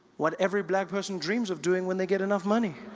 what every black person dreams of doing when they get enough money.